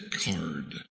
card